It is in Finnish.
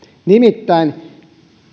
nimittäin